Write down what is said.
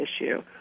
issue